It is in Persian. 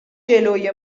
جلوی